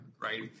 right